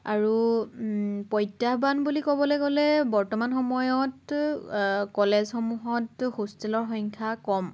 আৰু প্ৰত্যাহ্বান বুলি ক'বলৈ গ'লে বৰ্তমান সময়ত কলেজসমূহত হোষ্টেলৰ সংখ্যা কম